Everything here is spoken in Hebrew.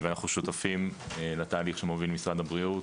אנחנו שותפים לתהליך שמוביל משרד הבריאות,